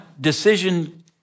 decision